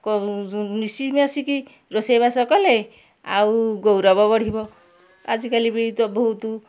ମିଶିମାଶିକି ରୋଷେଇବାସ କଲେ ଆଉ ଗୌରବ ବଢ଼ିବ ଆଜିକାଲି ବି ତ ବହୁତ